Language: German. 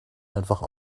einfach